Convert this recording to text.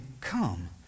come